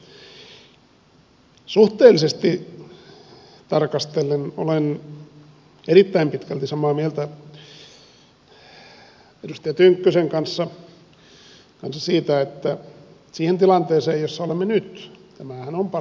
suhteellisesti tarkastellen olen erittäin pitkälti samaa mieltä edustaja tynkkysen kanssa siitä että siihen tilanteeseen jossa olemme nyt tämähän on parannus